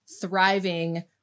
thriving